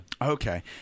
Okay